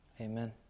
Amen